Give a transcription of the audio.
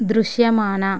దృశ్యమాన